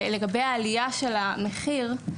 ולגבי העלייה של המחיר,